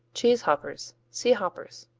cheese hoppers see hoppers.